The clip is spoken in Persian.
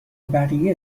بقیه